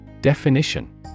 Definition